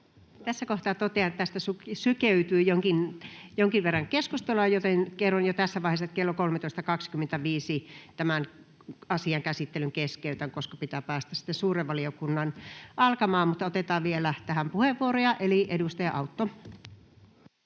Tässä kohtaa totean, että tästä sukeutui jonkin verran keskustelua, joten kerron jo tässä vaiheessa, että kello 13.25 tämän asian käsittelyn keskeytän, koska pitää päästä suuren valiokunnan alkamaan. Mutta otetaan vielä tähän puheenvuoroja. — Edustaja Autto.